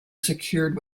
secured